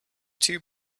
two